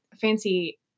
fancy